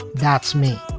that's me.